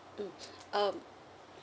mm um